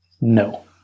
No